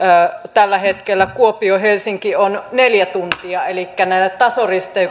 tällä hetkellä kuopio helsinki on neljä tuntia elikkä näiden tasoristeyksien